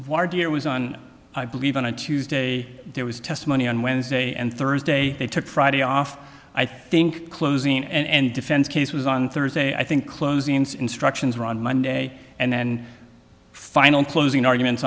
huard year was on i believe on tuesday there was testimony on wednesday and thursday they took friday off i think closing and defense case was on thursday i think closings instructions were on monday and then final closing arguments